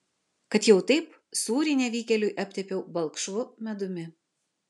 kad jau taip sūrį nevykėliui aptepiau balkšvu medumi